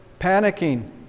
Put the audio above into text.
panicking